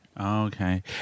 Okay